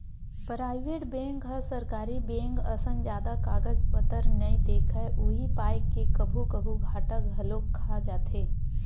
private bank ह सरकारी bank असन जादा कागज पतर नइ देखय उही पाय के कभू कभू घाटा घलोक खा जाथे